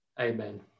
Amen